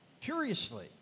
Curiously